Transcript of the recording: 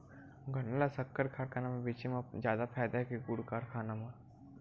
गन्ना ल शक्कर कारखाना म बेचे म जादा फ़ायदा हे के गुण कारखाना म?